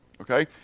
Okay